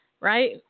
right